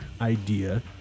idea